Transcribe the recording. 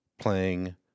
playing